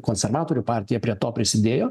konservatorių partija prie to prisidėjo